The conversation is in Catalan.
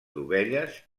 dovelles